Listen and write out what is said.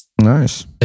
Nice